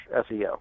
SEO